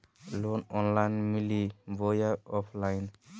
Loan online मिली बोया offline?